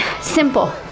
Simple